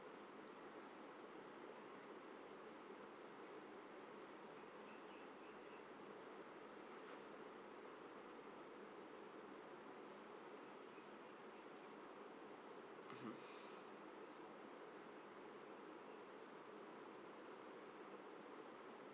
mmhmm